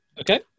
Okay